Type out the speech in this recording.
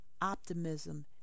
optimism